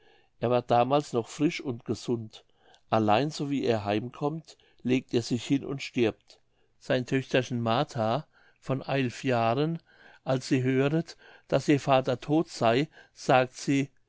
er war damals noch frisch und gesund allein so wie er heim kommt legt er sich hin und stirbt sein töchterchen martha von eilf jahren als sie höret daß ihr vater todt sey sagt sie